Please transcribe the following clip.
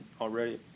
already